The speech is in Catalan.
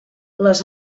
les